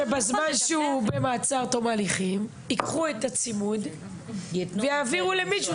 שבזמן שהוא במעצר עד תום ההליכים ייקחו את הצימוד ויעבירו למישהו